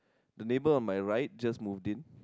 the neighbor on my right just moved in